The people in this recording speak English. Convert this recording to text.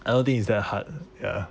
l don't think is that hard ya